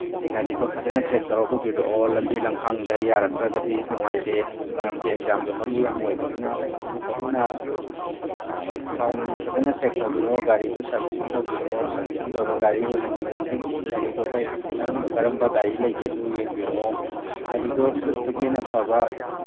ꯒꯥꯔꯤꯗꯣ ꯐꯖꯅ ꯆꯦꯛ ꯇꯧꯔꯒ ꯄꯨꯕꯤꯔꯛꯑꯣ ꯂꯝꯕꯤ ꯂꯝꯈꯥꯡꯗ ꯌꯥꯔꯛꯇ꯭ꯔꯒꯗꯤ ꯅꯨꯡꯉꯥꯏꯇꯦ ꯃꯔꯝꯗꯤ ꯑꯦꯛꯖꯥꯝꯗꯣ ꯃꯔꯨ ꯌꯥꯝ ꯑꯣꯏꯕꯅꯤꯅ ꯑꯗꯨꯅ ꯊꯥꯎ ꯅꯨꯡ ꯐꯖꯅ ꯆꯦꯛ ꯇꯧꯕꯤꯔꯛꯑꯣ ꯒꯥꯔꯤꯗꯨ ꯁꯥꯔꯚꯤꯁꯤꯡ ꯇꯧꯕꯤꯔꯛꯑꯣ ꯁꯥꯔꯚꯤꯁꯤꯡ ꯇꯧꯕ ꯒꯥꯔꯤ ꯑꯣꯏꯍꯟꯕꯤꯌꯣ ꯒꯥꯔꯤꯗꯣ ꯀꯩ ꯀꯔꯝꯕ ꯀꯔꯝꯕ ꯒꯥꯔꯤ ꯂꯩꯒꯦꯁꯨ ꯌꯦꯡꯕꯤꯔꯛꯑꯣ ꯒꯥꯔꯤꯗꯣ ꯁ꯭ꯋꯤꯐꯇꯒꯤ ꯍꯦꯟꯅ ꯐꯕ